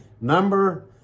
Number